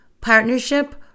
partnership